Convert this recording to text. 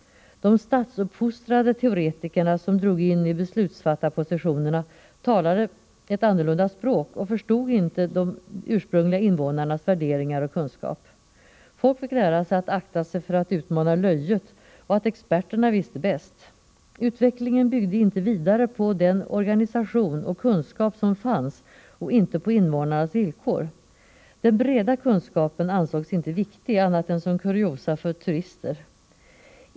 De statsuppfostrade teoretiker som drog in i beslutsfattarpositionerna talade ett annorlunda språk och förstod inte de ursprungliga invånarnas värderingar och kunskaper. Folk fick lära sig att akta sig för att utmana löjet och att experterna visste bäst. Utvecklingen byggde inte vidare på den organisation och kunskap som fanns och inte på invånarnas villkor. Den breda kunskapen ansågs inte viktig annat än som kuriosa för turister.